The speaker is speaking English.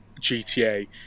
GTA